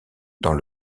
dans